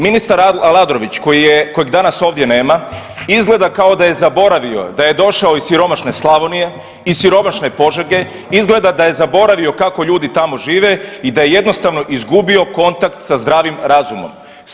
Ministar Aladrović kojeg danas ovdje nema, izgleda kao da je zaboravio da je došao iz siromašne Slavonije, iz siromašne Požege, izgleda da je zaboravio kako ljudi tamo žive i da je jednostavno izgubio kontakt sa zdravim razumom.